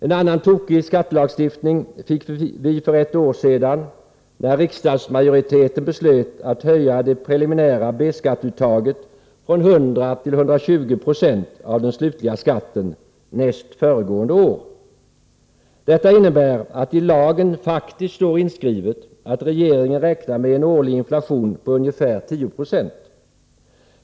En annan tokig skattelagstiftning fick vi för ett år sedan när riksdagsmajoriteten beslöt att höja det preliminära B-skatteuttaget från 100 9; till 120 70 av den slutliga skatten näst föregående år. Detta innebär att det i lagen faktiskt står inskrivet att regeringen räknar med en årlig inflation på ungefär 10 26.